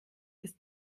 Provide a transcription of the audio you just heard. ist